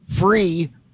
free